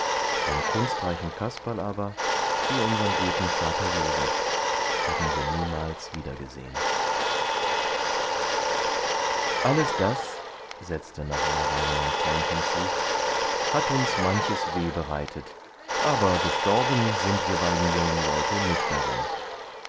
den kunstreichen kasperl aber wie unsern guten vater joseph haben wir niemals wiedergesehen alles das setzte nach einer weile mein freund hinzu hat uns manches weh bereitet aber gestorben sind wir beiden jungen leute nicht daran